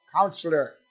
Counselor